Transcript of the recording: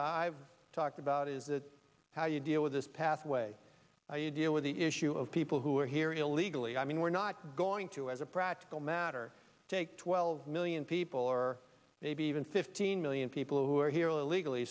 i've talked about is that how you deal with this pathway and you deal with the issue of people who are here illegally i mean we're not going to as a practical matter take twelve million people or maybe even fifteen million people who are here illegally